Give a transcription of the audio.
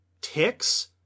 ticks